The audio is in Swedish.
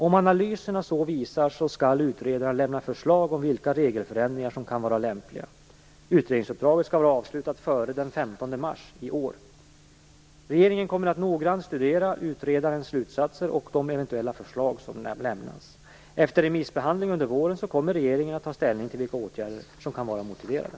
Om analyserna så visar skall uttredaren lämna förslag om vilka regelförändringar som kan vara lämpliga. Utredningsuppdraget skall vara avslutat före den 15 mars i år. Regeringen kommer att noggrant studera utredarens slutsatser och de eventuella förslag som lämnas. Efter remissbehandling under våren kommer regeringen att ta ställning till vilka åtgärder som kan vara motiverade.